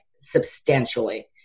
substantially